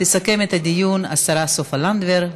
תסכם את הדיון השרה סופה לנדבר.